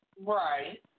Right